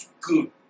good